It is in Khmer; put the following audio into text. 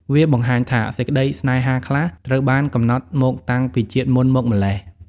វាបង្ហាញថាសេចក្ដីស្នេហាខ្លះ ត្រូវបានកំណត់មកតាំងពីជាតិមុនមកម៉្លេះ។